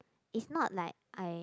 it's not like I